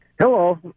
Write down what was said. Hello